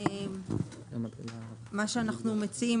מה שאנחנו מציעים,